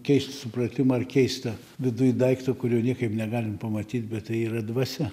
keist supratimą ar keistą viduj daikto kurio niekaip negalim pamatyt bet tai yra dvasia